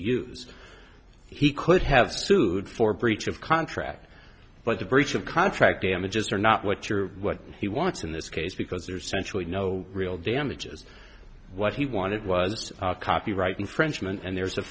use he could have sued for breach of contract but the breach of contract damages are not what you're what he wants in this case because there sensually no real damages what he wanted was copyright infringement and there